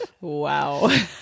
Wow